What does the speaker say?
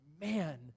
man